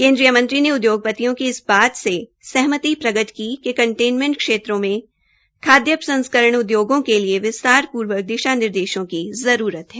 केन्द्रीय मंत्री ने उद्योगपतियों की इस बात से सहमति प्रकट की कि कनटेनमेंट क्षेत्रों में खाद्य प्रसंस्करण उद्योगों के लिए विस्तारपूर्वक दिशा निर्देशों की जरूरत है